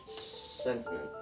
sentiment